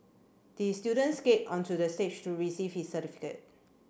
the student skate onto the stage to receive his certificate